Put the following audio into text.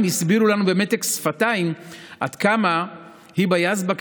הסבירו לנו במתק שפתיים עד כמה היבה יזבק,